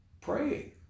praying